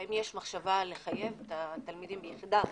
האם יש מחשבה לחייב את התלמידים בבחינת בגרות?